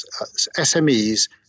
SMEs